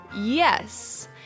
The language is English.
Yes